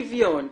שוויון,